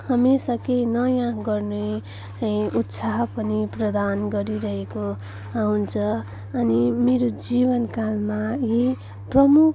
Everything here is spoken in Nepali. हमेसा केही नयाँ गर्ने उत्साह पनि प्रदान गरिरहेको हुन्छ अनि मेरो जीवन कालमा यी प्रमुख